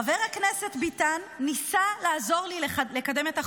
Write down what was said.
חבר הכנסת ביטן ניסה לעזור לי לקדם את החוק.